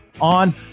on